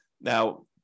now